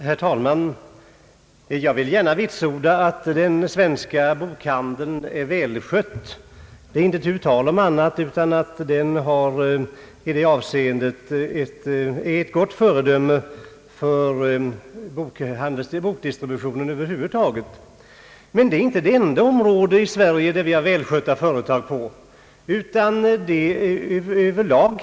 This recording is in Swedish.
Herr talman! Jag vill gärna vitsorda att den svenska bokhandeln är välskött. Det är inte tal om annat än att den i det avseendet är ett gott föredöme i fråga om bokdistribution. Men bokhandeln är inte det enda område där vi har välskötta företag i Sverige.